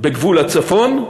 בגבול הצפון,